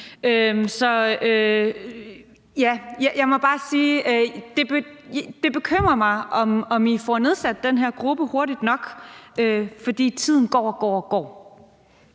det bekymrer mig, om I får nedsat den her gruppe hurtigt nok eller ej, for tiden går og går. Kl.